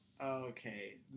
Okay